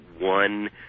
one